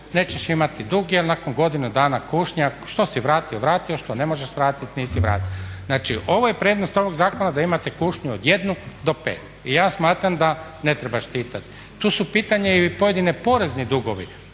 nećeš imati dug jer nakon godinu dana kušnje što si vratio, vratio, što ne možeš vratiti nisi vratio. Znači ovo je prednost ovog zakona da imate kušnju od 1 do 5. I ja smatram da ne treba …/Govornik se ne razumije./…. Tu su pitanje i pojedini porezni dugovi.